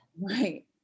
right